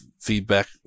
feedback